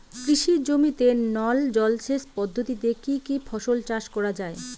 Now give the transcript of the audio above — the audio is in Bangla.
কৃষি জমিতে নল জলসেচ পদ্ধতিতে কী কী ফসল চাষ করা য়ায়?